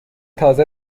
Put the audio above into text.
تازه